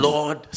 Lord